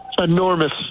Enormous